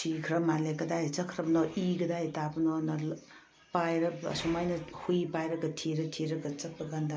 ꯁꯤꯈ꯭ꯔꯕ ꯃꯥꯜꯂꯦ ꯀꯗꯥꯏꯗ ꯆꯠꯈ꯭ꯔꯕꯅꯣ ꯏ ꯀꯗꯥꯏꯗ ꯇꯥꯕꯅꯣꯅ ꯑꯁꯨꯃꯥꯏꯅ ꯍꯨꯏ ꯄꯥꯏꯔꯒ ꯊꯤꯔ ꯊꯤꯔꯒ ꯆꯠꯄ ꯀꯥꯟꯗ